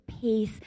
peace